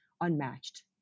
unmatched